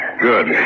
Good